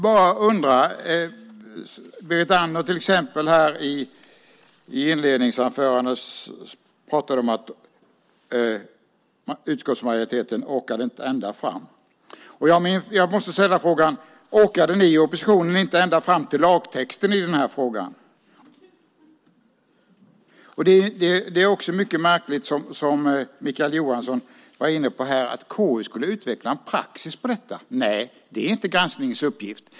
Berit Andnor sade i sitt inledningsanförande att utskottsmajoriteten inte orkade ända fram. Orkade ni i oppositionen inte ända fram till lagtexten i frågan? Mikael Johansson var inne på något märkligt om att KU ska utveckla en praxis. Nej, det är inte en granskningsuppgift.